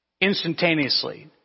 instantaneously